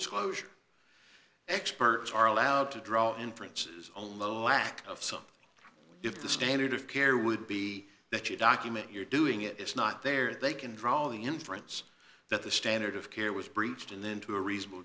disclosure experts are allowed to draw inferences on low lack of so if the standard of care would be that you document you're doing it it's not there they can draw the inference that the standard of care was breached and then to a reasonable